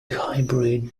hybrid